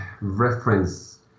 reference